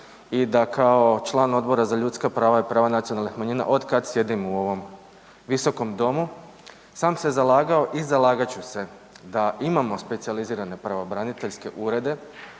i da kao član Odbora za ljudska prava i prava nacionalnih manjina otkad sjedim u ovom visokom domu sam se zalagao i zalagat ću se da imamo specijalizirane pravobraniteljske urede